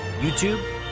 YouTube